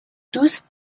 دوست